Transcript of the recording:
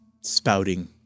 spouting